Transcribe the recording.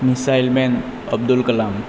missile man Abdul Kalam